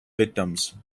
victims